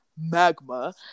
Magma